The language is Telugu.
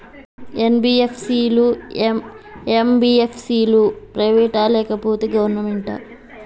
ఎన్.బి.ఎఫ్.సి లు, ఎం.బి.ఎఫ్.సి లు ప్రైవేట్ ఆ లేకపోతే గవర్నమెంటా?